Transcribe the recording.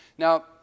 Now